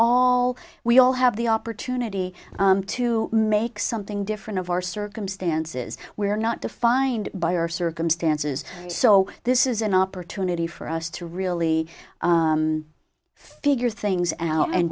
all we all have the opportunity to make something different of our circumstances where not defined by our circumstances so this is an opportunity for us to really figure things out and